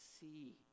see